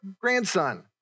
grandson